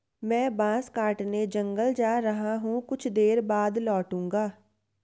मैं बांस काटने जंगल जा रहा हूं, कुछ देर बाद लौटूंगा